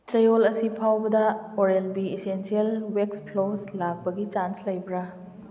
ꯆꯌꯣꯜ ꯑꯁꯤ ꯐꯥꯎꯕꯗ Oral B essential wax floss ꯂꯥꯛꯄꯒꯤ ꯆꯥꯟꯁ ꯂꯩꯕ꯭ꯔꯥ